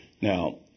Now